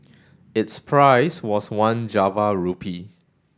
its price was one Java rupee